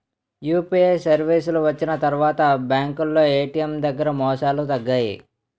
UPI సర్వీసులు వచ్చిన తర్వాత బ్యాంకులో ఏటీఎం దగ్గర మోసాలు తగ్గాయి